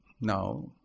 now